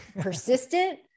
persistent